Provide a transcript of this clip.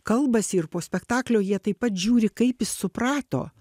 kalbasi ir po spektaklio jie taip pat žiūri kaip jis suprato